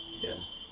Yes